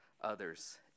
others